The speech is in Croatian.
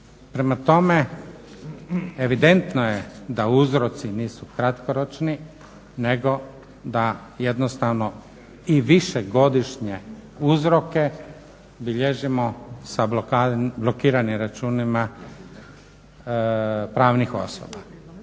Prema tome, evidentno je da uzroci nisu kratkoročni nego da jednostavno i višegodišnje uzroke bilježimo sa blokiranim računima pravnih osoba.